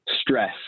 stress